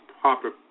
Proper